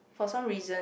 for some reason